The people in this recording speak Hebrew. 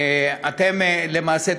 למעשה,